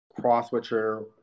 crosswitcher